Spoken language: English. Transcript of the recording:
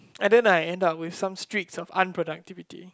and then I end up with some streaks of unproductivity